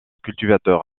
cultivateurs